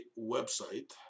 website